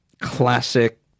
classic